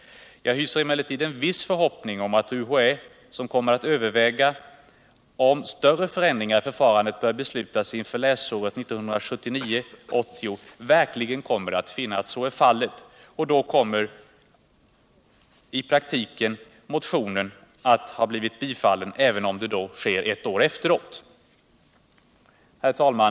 Jag hyser emellertid en viss förhoppning om att UHÄ, som kommer att överväga om större förändringar i förfarandet bör beslutas inför läsåret 1979/80, verkligen kommer att finna att sådana behövs, och då kommer motionen i praktiken att ha blivit bifallen, även om det sker ett år efteråt. Herr talman!